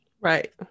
right